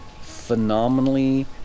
phenomenally